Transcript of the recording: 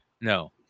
No